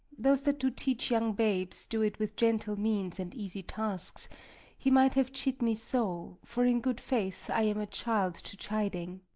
those that do teach young babes do it with gentle means and easy tasks he might have chid me so for in good faith, i am a child to chiding.